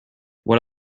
what